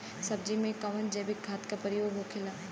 सब्जी में कवन जैविक खाद का प्रयोग होखेला?